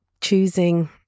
choosing